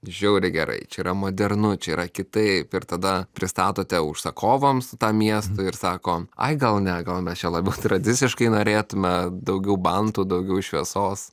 žiauriai gerai čia yra modernu čia yra kitaip ir tada pristatote užsakovams tam miestui ir sako ai gal ne gal mes čia labiau tradiciškai norėtume daugiau bantų daugiau šviesos